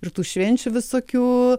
ir tų švenčių visokių